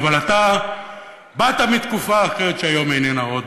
אבל אתה באת מתקופה אחרת שהיום איננה עוד,